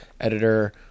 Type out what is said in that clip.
editor